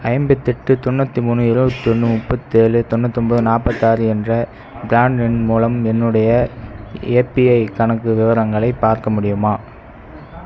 ஐம்பத்தி எட்டு தொண்ணூற்றி மூணு இருபத்தி ஒன்று முப்பத்தி ஏழு தொண்ணூற்றி ஒன்பது நாற்பத்தி ஆறு என்ற பிரான் எண் மூலம் என்னுடைய ஏபிஐ கணக்கு விவரங்களை பார்க்க முடியுமா